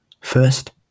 First